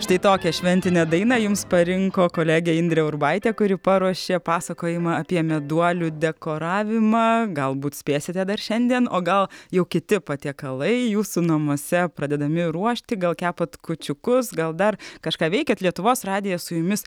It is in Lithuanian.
štai tokią šventinę dainą jums parinko kolegė indrė urbaitė kuri paruošė pasakojimą apie meduolių dekoravimą galbūt spėsite dar šiandien o gal jau kiti patiekalai jūsų namuose pradedami ruošti gal kepat kūčiukus gal dar kažką veikėt lietuvos radijas su jumis